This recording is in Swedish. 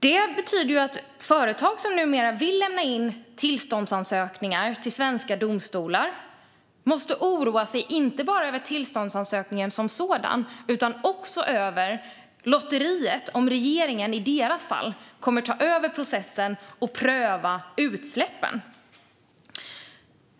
Det betyder ju att företag som vill lämna in tillståndsansökningar till svenska domstolar måste oroa sig inte bara över tillståndsansökningen som sådan, utan också över lotteriet gällande huruvida regeringen i deras fall kommer att ta över processen och pröva utsläppen.